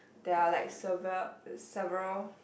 there are like sever~ several